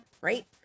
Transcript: right